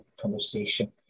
conversation